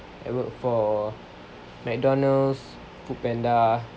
I work for McDonald's foodpanda